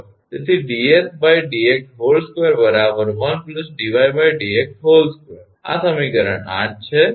તેથી 𝑑𝑠𝑑𝑥2 1 𝑑𝑦𝑑𝑥2 આ સમીકરણ 8 છે બરાબર